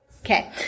Okay